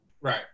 Right